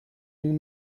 nous